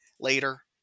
later